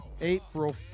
April